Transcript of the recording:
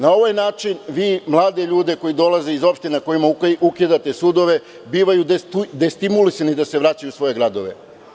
Na ovaj način vi mlade ljude koje dolaze iz opština kojima ukidate sudove bivaju destimulisani da se vraćaju u svoje gradove.